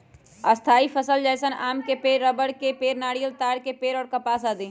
स्थायी फसल जैसन आम के पेड़, रबड़ के पेड़, नारियल, ताड़ के पेड़ और कपास आदि